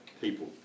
people